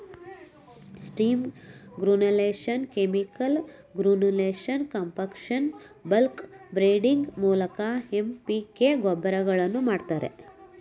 steam granulation, chemical granulation, compaction, bulk blending ಮೂಲಕ MPK ಗೊಬ್ಬರಗಳನ್ನು ಮಾಡ್ತರೆ